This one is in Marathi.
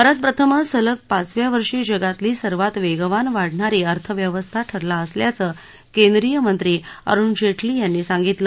भारत प्रथमच सलग पाचव्या वर्षी जगातली सर्वाधिक वेगानं वाढणारी अर्थव्यवस्था ठरला असल्याचं केंद्रीय मंत्री अरुण जेमी यांनी सांगितलं